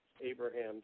Abraham